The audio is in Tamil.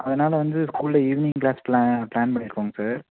அதனால் வந்து ஸ்கூலில் ஈவினிங் கிளாஸ் பிளா பிளான் பண்ணிருக்கோங்க சார்